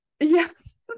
yes